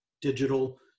digital